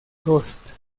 ghost